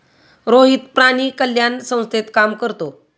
रोहित प्राणी कल्याण संस्थेत काम करतो